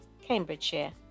Cambridgeshire